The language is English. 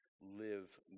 live